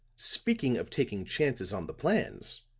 speaking of taking chances on the plans,